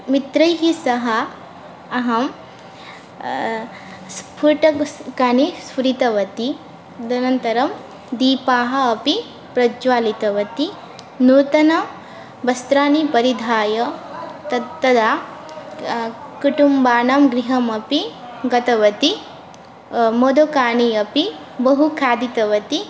मित्रैः सह अहं स्फोटकानि स्फुरितवती तदनन्तरं दीपान् अपि प्रज्ज्वालितवती नूतनवस्त्राणि परिधाय तत् तदा कुटुम्बानां गृहम् अपि गतवती मोदकानि अपि बहु खादितवती